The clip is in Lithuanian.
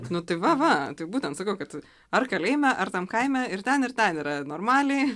nu tai va va taip būtent sakau kad ar kalėjime ar tam kaime ir ten ir ten yra normaliai